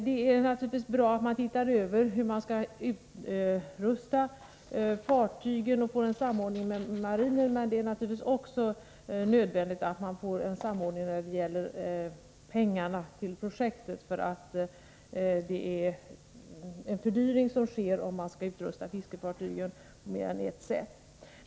Det är naturligtvis värdefullt att man gör en översyn av hur man skall utrusta fartygen och att man får till stånd en samordning med marinen, men det är naturligtvis också nödvändigt med en samordning när det gäller pengarna till projektet. Det är nämligen fråga om en fördyring, om man skall utrusta fiskefartygen på mer är ett sätt.